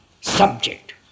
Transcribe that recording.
subject